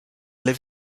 live